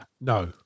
no